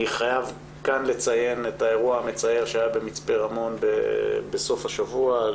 אני חייב לציין את האירוע המצער שהיה במצפה רמון בסוף השבוע.